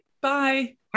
Bye